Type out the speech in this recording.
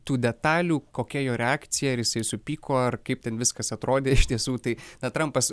tų detalių kokia jo reakcija ir jisai supyko ar kaip ten viskas atrodė iš tiesų tai tą trampas